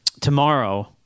tomorrow